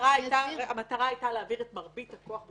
המטרה הייתה להעביר את מרבית הכוח,